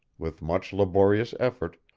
with much laborious effort,